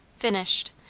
finished,